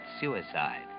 suicide